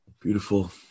beautiful